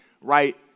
right